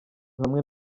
hamwe